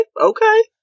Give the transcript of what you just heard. Okay